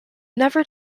never